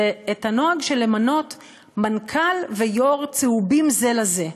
זה את הנוהג של למנות מנכ"ל ויו"ר צהובים זה לזה,